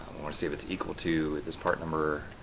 or see if it's equal to this part number.